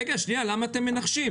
רגע, למה אתם מנחשים?